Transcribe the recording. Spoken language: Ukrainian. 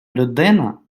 людина